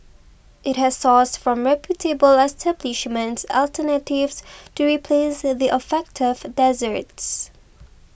it has sourced from reputable establishments alternatives to replace the affected desserts